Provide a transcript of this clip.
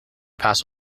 pass